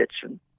kitchen